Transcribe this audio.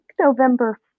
November